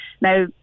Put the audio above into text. Now